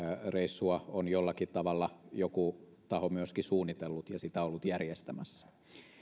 reissua on jollakin tavalla joku taho myöskin suunnitellut ja sitä ollut järjestämässä